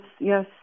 yes